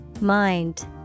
Mind